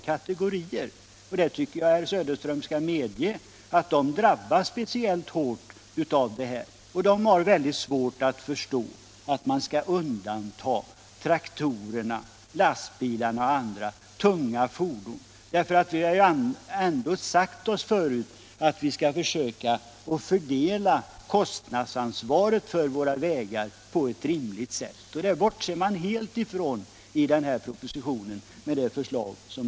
Jag tycker att herr Söderström skall medge att sådana här människor drabbas speciellt hårt av ert förslag. De har väldigt svårt att förstå att man skall undanta traktorerna, lastbilarna och andra tunga fordon. Vi har ändå sagt oss förut att vi skall försöka fördela kostnadsansvaret för våra vägar på ett rimligt sätt. Det bortser man helt ifrån i propositionsförslaget.